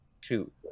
Shoot